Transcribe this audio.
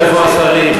ואיפה השרים?